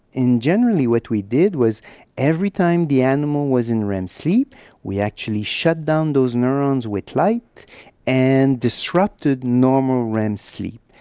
generally what we did was every time the animal was in rem sleep we actually shut down those neurons with light and disrupted normal rem sleep.